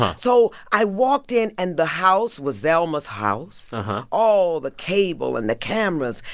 um so i walked in and the house was zelma's house all the cable and the cameras.